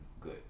good